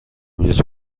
اینجا